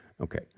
Okay